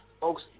Folks